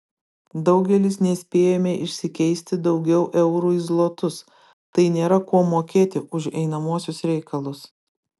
daugelis nespėjome išsikeisti daugiau eurų į zlotus tai nėra kuo mokėti už einamuosius reikalus